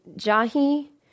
Jahi